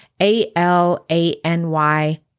A-L-A-N-Y-